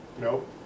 Nope